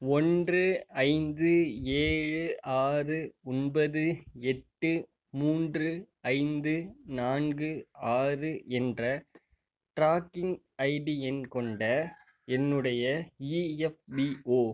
ஒன்று ஐந்து ஏழு ஆறு ஒன்பது எட்டு மூன்று ஐந்து நான்கு ஆறு என்ற ட்ராக்கிங் ஐடி எண் கொண்ட என்னுடைய இஎஃப்பிஓ